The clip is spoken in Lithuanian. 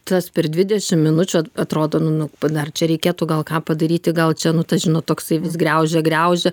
tas per dvidešim minučių atrodo nu nu dar čia reikėtų gal ką padaryti gal čia nu tas žinot toksai vis griaužia griaužia